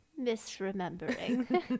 misremembering